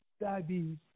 diabetes